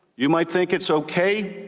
you might think it's okay